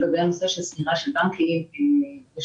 לגבי הנושא של סגירת סניפי בנקים יש